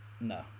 No